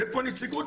איפה הנציגות,